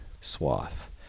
swath